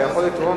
אתה יכול לתרום